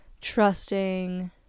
trusting